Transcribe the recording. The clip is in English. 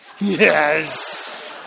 Yes